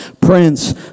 Prince